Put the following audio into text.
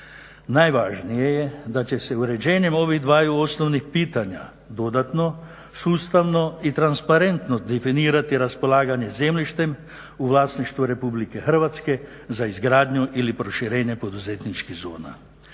Najvažnije je da će se uređenjem ovih dvaju osnovnih pitanja dodatno sustavno i transparentno definirati raspolaganje zemljištem u vlasništvu RH za izgradnju ili proširenje poduzetničkih zona.